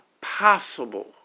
possible